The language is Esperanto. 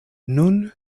nun